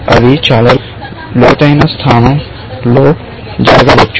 అవి చాలా లోతైన స్థాయిలో జరగవచ్చు